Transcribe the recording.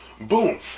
boom